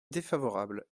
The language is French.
défavorable